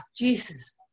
Jesus